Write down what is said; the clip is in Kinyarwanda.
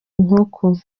inkoko